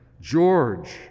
George